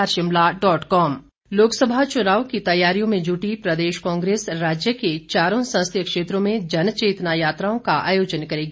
कांग्रेस लोकसभा चुनाव की तैयारियों में जुटी प्रदेश कांग्रेस राज्य के चारों संसदीय क्षेत्रों में जनचेतना यात्राओं का आयोजन करेगी